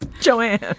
Joanne